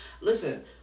Listen